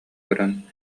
көрөн